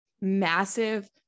massive